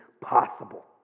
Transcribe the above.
possible